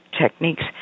techniques